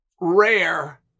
rare